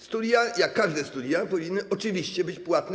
Studia, jak każde studia, powinny oczywiście być płatne.